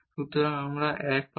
সুতরাং আমরা 1 পাব